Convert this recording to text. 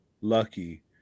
lucky